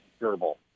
gerbil